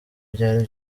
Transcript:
byari